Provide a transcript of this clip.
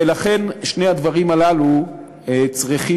ולכן שני הדברים הללו צריכים,